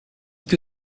que